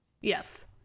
Yes